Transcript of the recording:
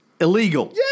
illegal